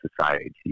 society